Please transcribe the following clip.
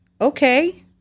okay